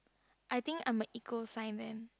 I think I'm a eco sign then